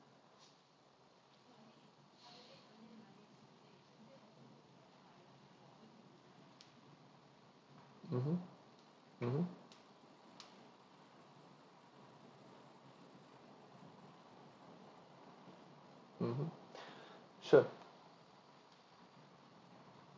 mmhmm sure